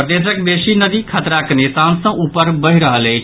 प्रदेशक बेसी नदी खतराक निशान सँ ऊपर बहि रहल अछि